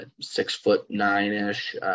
Six-foot-nine-ish